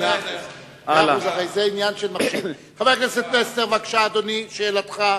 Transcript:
חבר הכנסת פלסנר, שאלתך.